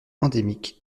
endémique